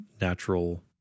natural